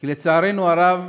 כי, לצערנו הרב,